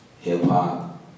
hip-hop